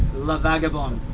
la vagabonde.